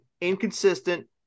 inconsistent